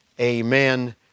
Amen